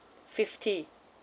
fifty